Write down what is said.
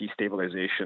destabilization